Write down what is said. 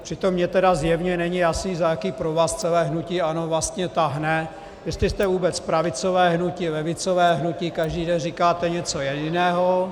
Přitom mi tedy zjevně není jasné, za jaký provaz celé hnutí ANO vlastně táhne, jestli jste vůbec pravicové hnutí, levicové hnutí, každý den říkáte něco jiného.